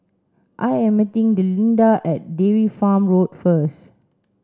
I am meeting Delinda at Dairy Farm Road first